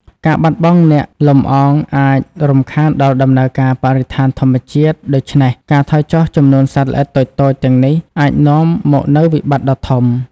ការបាត់បង់អ្នកលំអងអាចរំខានដល់ដំណើរការបរិស្ថានធម្មតា ដូច្នេះ ការថយចុះចំនួនសត្វល្អិតតូចៗទាំងនេះអាចនាំមកនូវវិបត្តិដ៏ធំ។